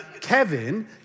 Kevin